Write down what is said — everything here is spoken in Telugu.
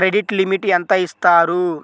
క్రెడిట్ లిమిట్ ఎంత ఇస్తారు?